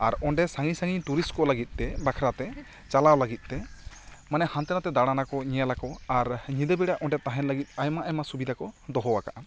ᱟᱨ ᱚᱸᱰᱮ ᱥᱟᱺᱜᱤᱧ ᱥᱟᱺᱜᱤᱧ ᱴᱩᱨᱤᱥᱴ ᱠᱚ ᱞᱟᱹᱜᱤᱫ ᱛᱮ ᱵᱟᱠᱷᱨᱟ ᱛᱮ ᱪᱟᱞᱟᱣ ᱞᱟᱹᱜᱤᱫ ᱛᱮ ᱢᱟᱱᱮ ᱦᱟᱱᱛᱮ ᱱᱷᱟᱛᱮ ᱫᱟᱬᱟᱱ ᱟᱠᱚ ᱧᱮᱞ ᱟᱠᱚ ᱟᱨ ᱧᱤᱸᱫᱟᱹ ᱵᱮᱲᱟ ᱚᱸᱰᱮ ᱛᱟᱦᱮᱱ ᱞᱟᱹᱜᱤᱫ ᱟᱭᱢᱟ ᱟᱭᱢᱟ ᱥᱩᱵᱤᱫᱷᱟ ᱠᱚ ᱫᱚᱦᱚᱣᱟᱠᱟᱫᱟ